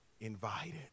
invited